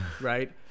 right